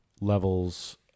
levels